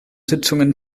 sitzungen